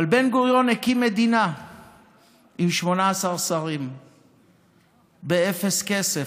אבל בן-גוריון הקים מדינה עם 18 שרים באפס כסף,